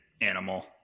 animal